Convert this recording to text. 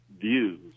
views